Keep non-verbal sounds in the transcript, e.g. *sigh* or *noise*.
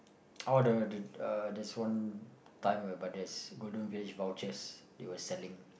*noise* orh the the uh there's one time where by there's Golden-Village vouchers they were selling